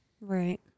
Right